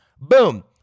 Boom